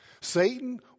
Satan